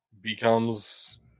becomes